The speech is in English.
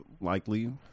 Likely